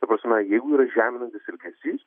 ta prasme jeigu yra žeminantis elgesys